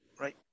right